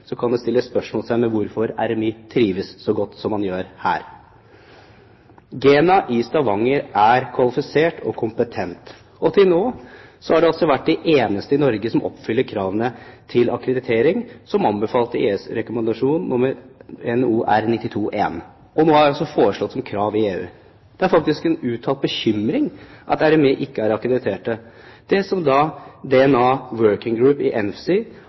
kan det settes spørsmålstegn ved hvorfor RMI trives så godt som man gjør her. GENA i Stavanger er kvalifisert og kompetent, og til nå har de vært de eneste i Norge som oppfyller kravene til akkreditering, som anbefalt i Europarådets rekommandasjon No. R 1, og som nå er foreslått som krav i EU. Det er faktisk en uttalt bekymring at RMI ikke er akkreditert – det som DNA Working Group i